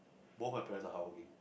both my parents are hardworking